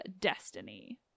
destiny